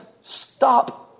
Stop